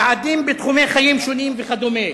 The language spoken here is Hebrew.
יעדים בתחומי חיים שונים וכדומה.